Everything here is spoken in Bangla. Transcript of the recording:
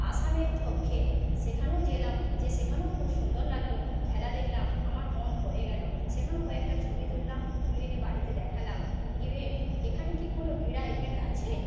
আসামের ধোপখেল সেখানেও যেয়েলাম যে সেখানেও খুব সুন্দর লাগলো খেলা দেখলাম আমার মন ভরে গেল সেখানেও কয়েকটা ছবি তুললাম তুলে এনে বাড়িতে দেখালাম ইভেন্ট এখানে কি কোনও ক্রীড়া ইভেন্ট আছে